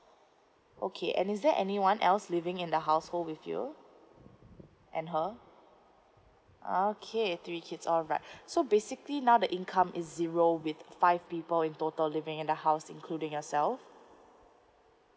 okay and is there anyone else living in the household with you and her okay three kids all right so basically now the income is zero with five people in total living in the house including yourself